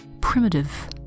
primitive